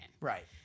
right